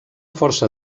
força